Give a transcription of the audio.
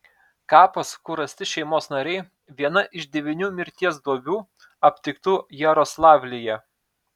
kapas kur rasti šeimos nariai viena iš devynių mirties duobių aptiktų jaroslavlyje